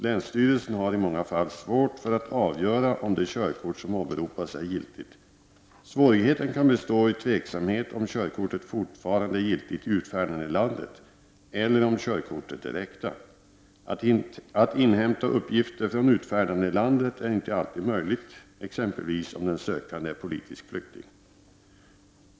Länsstyrelsen har i många fall svårt att avgöra om det körkort som åberopas är giltigt. Svårigheten kan bestå i osäkerhet om huruvida körkortet fortfarande är giltigt i utfärdandelandet eller om körkortet är äkta. Att inhämta uppgifter från utfärdandelandet är inte alltid möjligt, exempelvis om den sökande är politisk flykting.